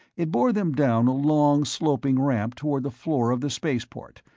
it bore them down a long, sloping ramp toward the floor of the spaceport,